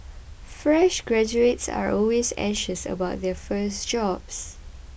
fresh graduates are always anxious about their first job